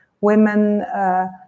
women